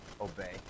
Obey